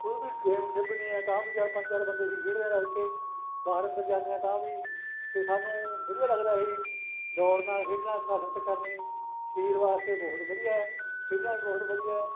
ਕੋਈ ਵੀ ਗੇਮ ਖੇਡਣੀ ਹੈ ਤਾਂ ਵੀ ਚਾਰ ਪੰਜ ਚਾਰ ਬੰਦੇ ਖੇਡਦੇ ਹਾਂ ਰਲ ਕੇ ਬਾਹਰ ਅੰਦਰ ਜਾਂਦੇ ਹਾਂ ਤਾਂ ਵੀ ਅਤੇ ਸਾਨੂੰ ਵਧੀਆ ਲੱਗਦਾ ਇਹ ਹੀ ਦੌੜਨਾ ਖੇਡਣਾ ਕਸਰਤ ਕਰਨੀ ਸਰੀਰ ਵਾਸਤੇ ਬਹੁਤ ਵਧੀਆ ਖੇਡਣਾ ਵੀ ਬਹੁਤ ਵਧੀਆ